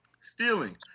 stealing